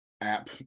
app